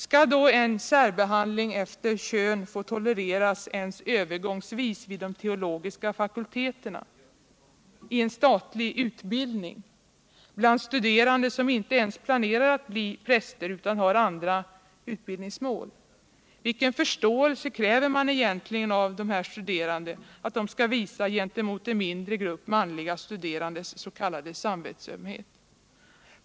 Skall då en särbehandling efter kön få tolereras ens övergångsvis vid de teologiska fakulteterna, i cen statlig utbildning, bland studerande som inte ens planerar att bli präster utan har andra utbildningsmål? Vilken förståelse kräver man egentligen av dessa studerande att de skall visa gentemot en mindre grupp manliga studerandes s.k. samvetsömhet?